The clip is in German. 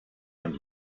man